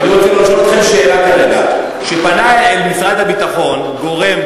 אני רוצה לשאול אתכם שאלה כרגע: כשפנה למשרד הביטחון גורם